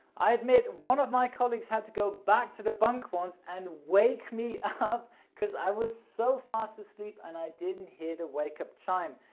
i admit one of my colleagues had to go back to the bunk once and wake me up cause i was so fast asleep, and i didn't hear to wake up chime.